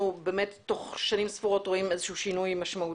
באמת תוך שנים ספורות רואים איזשהו שינוי משמעותי.